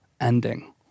ending